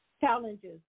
challenges